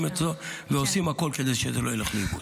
זאת ועושים הכול כדי שזה לא ילך לאיבוד.